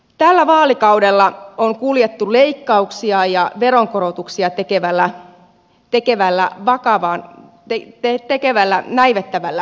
tällä vaalikaudella on kuljettu leikkauksia ja veronkorotuksia tekevällä näivettävällä linjalla